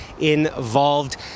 involved